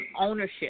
ownership